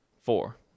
Four